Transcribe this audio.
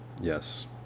Yes